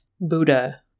Buddha